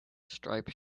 striped